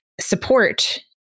support